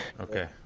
okay